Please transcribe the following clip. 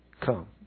Come